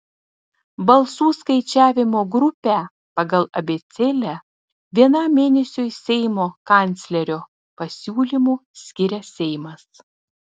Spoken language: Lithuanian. balsų skaičiavimo grupę pagal abėcėlę vienam mėnesiui seimo kanclerio pasiūlymu skiria seimas